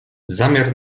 zamiar